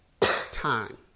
time